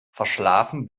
verschlafen